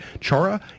chara